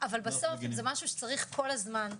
אבל בסוף זה משהו שצריך כל הזמן,